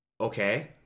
okay